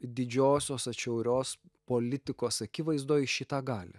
didžiosios atšiaurios politikos akivaizdoj šį tą gali